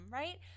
right